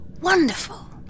Wonderful